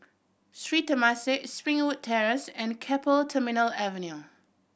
Sri Temasek Springwood Terrace and Keppel Terminal Avenue